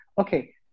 okay